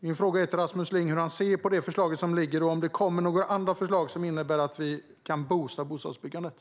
Min fråga till Rasmus Ling är alltså hur han ser på det förslag som ligger och om det kommer några andra förslag som innebär att vi kan boosta bostadsbyggandet.